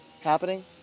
happening